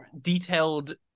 detailed